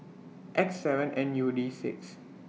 X seven N U D six